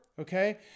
Okay